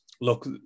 look